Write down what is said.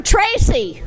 Tracy